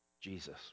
Jesus